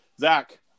Zach